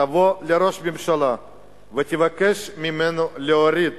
תבוא לראש הממשלה ותבקש ממנו להוריד